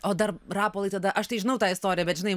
o dar rapolai tada aš tai žinau tą istoriją bet žinai